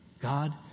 God